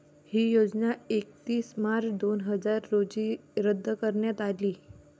ही योजना एकतीस मार्च दोन हजार रोजी रद्द करण्यात आली